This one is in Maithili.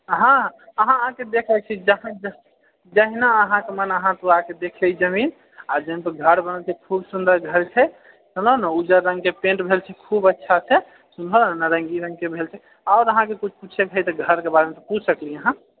अहाँ अहाँके देखबै छी जहाँ जहाँ जहिना अहाँके मोन अहाँ आबि कऽ देखु ई जमीन आ घर बनल छै खूब सुन्दर घर छैसुनलहुँ ने उज्जर रङ्ग पेन्ट भेल छै खूब अच्छा छै एमहर नारंगी रङ्गके भेल छै आओर अहाँकेँ किछु पूछएके एहि घरके बारेमे तऽ पूछ सकलिऐ अहाँ